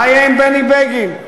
מה יהיה עם בני בגין.